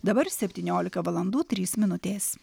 dabar septyniolika valandų trys minutės